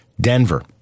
Denver